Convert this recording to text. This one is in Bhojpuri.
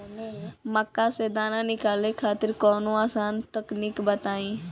मक्का से दाना निकाले खातिर कवनो आसान तकनीक बताईं?